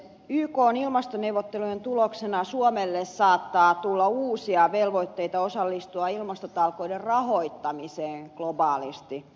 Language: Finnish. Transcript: ykn ilmastoneuvottelujen tuloksena suomelle saattaa tulla uusia velvoitteita osallistua ilmastotalkoiden rahoittamiseen globaalisti